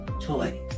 toy